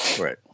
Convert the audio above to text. Right